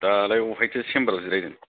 दालाय अफायथो चेम्बाराव जिरायदों